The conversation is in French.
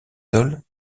sols